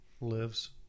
lives